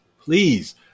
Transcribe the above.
please